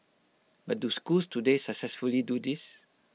but do schools today successfully do this